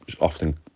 often